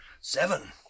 Seven